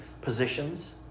positions